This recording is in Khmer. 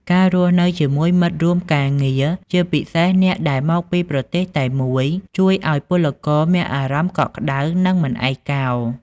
ការរស់នៅជាមួយមិត្តរួមការងារ ជាពិសេសអ្នកដែលមកពីប្រទេសតែមួយ ជួយឱ្យពលករមានអារម្មណ៍កក់ក្ដៅ និងមិនឯកោ ។